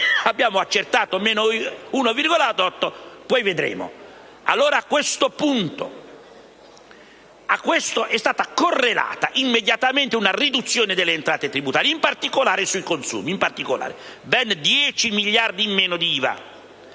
abbiamo accettato meno 1,8, poi vedremo). A ciò è stata correlata immediatamente una riduzione delle entrate tributarie, in particolare sui consumi: ben 10 miliardi in meno di IVA.